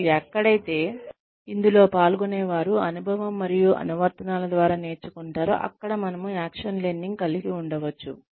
మరియు ఎక్కడైతే ఇందులో పాల్గొనేవారు అనుభవం మరియు అనువర్తనాల ద్వారా నేర్చుకుంటారో అక్కడ మనము యాక్షన్ లెర్నింగ్ కలిగి ఉండవచ్చు